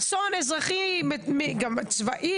כי זה הרבה מאוד כסף והרבה מאוד כוח.